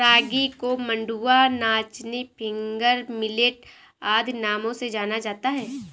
रागी को मंडुआ नाचनी फिंगर मिलेट आदि नामों से जाना जाता है